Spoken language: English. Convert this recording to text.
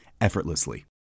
effortlessly